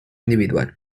individual